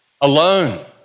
alone